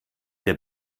der